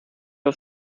auf